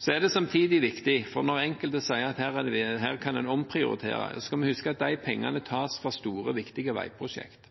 Så er det samtidig viktig når enkelte sier at her kan en omprioritere, å huske at pengene tas fra store og viktig veiprosjekter.